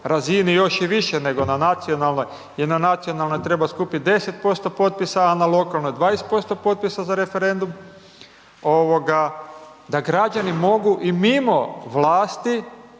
razini još i više nego na nacionalnoj jer na nacionalnoj treba skupiti 10% potpisa, a na lokalnoj 20% potpisa za referendum, da građani mogu i mimo vlasti